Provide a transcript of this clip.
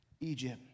Egypt